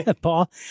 Paul